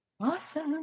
awesome